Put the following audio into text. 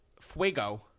Fuego